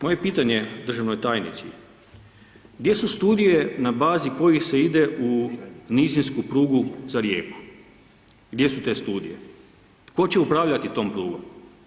Moje je pitanje državnoj tajnici gdje su studije na bazi kojih se ide u nizinsku prugu za Rijeku, gdje su te studije, tko će upravljati tom prugom?